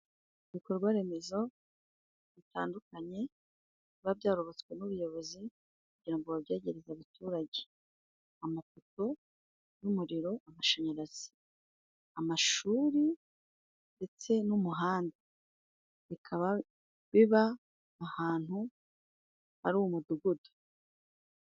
Ibikorwa remezo bitandukanye biba byarubatswe n'ubuyobozi kugira ngo babyegereze abaturage, amapoto y'umuriro, amashanyarazi, amashuri ndetse n'umuhanda, bikaba biba ahantu hari umudugudu.